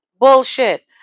bullshit